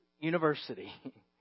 University